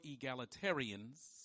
egalitarians